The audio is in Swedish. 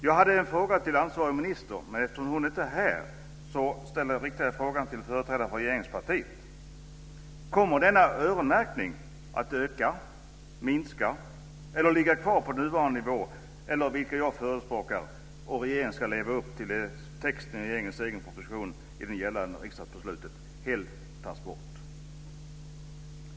Jag hade en fråga till ansvarig minister, men eftersom hon inte är här riktar jag frågan till företrädaren för regeringspartiet: Kommer denna öronmärkning att öka, minska, ligga kvar på nuvarande nivå eller helt tas bort, vilket jag förespråkar om regeringen ska leva upp till texten i regeringens egen proposition och enligt gällande riksdagsbeslut?